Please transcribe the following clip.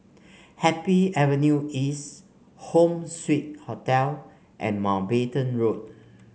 Happy Avenue East Home Suite Hotel and Mountbatten Road